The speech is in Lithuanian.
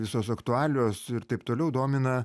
visos aktualijos ir taip toliau domina